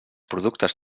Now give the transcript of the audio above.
productes